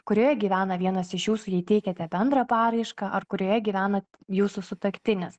kurioje gyvena vienas iš jūsų jei teikiate bendrą paraišką ar kurioje gyvena jūsų sutuoktinis